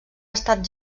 estat